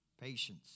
patience